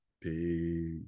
peace